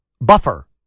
buffer